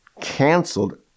canceled